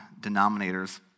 denominators